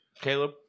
Caleb